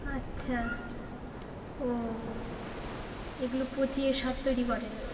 আচ্ছা ও এগুলো পচিয়ে সার তৈরি করেন